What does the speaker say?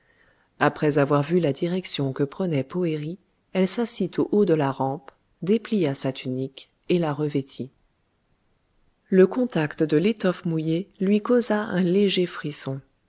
après avoir vu la direction que prenait poëri elle s'assit au haut de la rampe déplia sa tunique et la revêtit le contact de l'étoffe mouillée lui causa un léger frisson